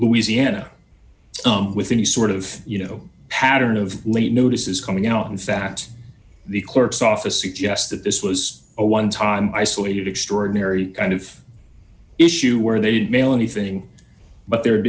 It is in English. louisiana with any sort of you know pattern of late notices coming out in fact the clerk's office suggests that this was a one time isolated extraordinary kind of issue where they didn't mail anything but there